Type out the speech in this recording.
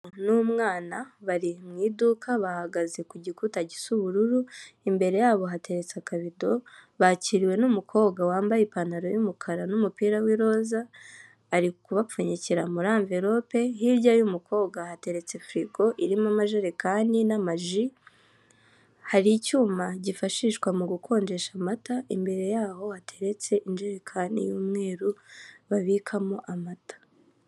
N'umwana bari ku iduka bahagaze ku gikuta gisa ubururu, imbere yabo hateretse akabido bakiriwe n'umukobwa wambaye ipantaro y'umukara n'umupira w'iroza, arikubapfunyikira muri amverope, hirya y'umukobwa hateretse firigo irimo amajerekani n'amaji, hari ikinyuma gifashishwa mu gukonjesha amata imbere yaho hateretse injerekani y'umweru babikamo amata.